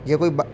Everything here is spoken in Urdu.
یہ کوئی با